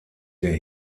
der